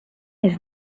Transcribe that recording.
his